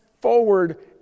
forward